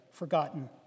forgotten